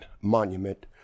monument